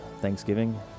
Thanksgiving